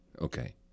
Okay